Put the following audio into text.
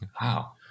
Wow